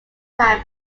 time